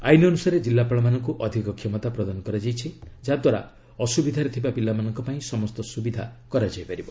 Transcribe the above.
ଆଇନ୍ ଅନୁସାରେ ଜିଲ୍ଲାପାଳମାନଙ୍କୁ ଅଧିକ କ୍ଷମତା ପ୍ରଦାନ କରାଯାଇଛି ଯାଦ୍ୱାରା ଅସୁବିଧାରେ ଥିବା ପିଲାମାନଙ୍କ ପାଇଁ ସମସ୍ତ ସୁବିଧା କରାଯାଇ ପାରିବ